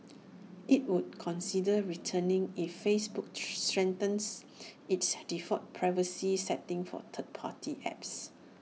IT would consider returning if Facebook strengthens its default privacy settings for third party apps